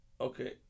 Okay